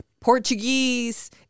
Portuguese